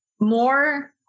more